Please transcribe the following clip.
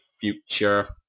future